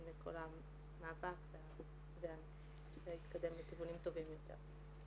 לכל המאבק והנושא יתקדם לכיוונים טובים יותר.